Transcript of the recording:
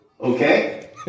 Okay